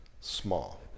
small